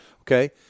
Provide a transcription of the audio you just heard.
Okay